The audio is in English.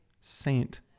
saint